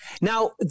Now